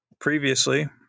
Previously